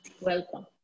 Welcome